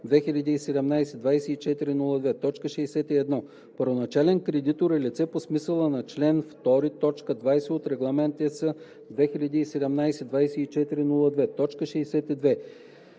2017/2402. 61. „Първоначален кредитор“ е лице по смисъла на чл. 2, т. 20 от Регламент (ЕС) 2017/2402. 62.